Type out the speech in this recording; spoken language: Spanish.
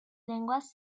lenguas